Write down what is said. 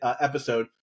episode